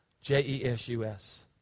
J-E-S-U-S